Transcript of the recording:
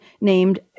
named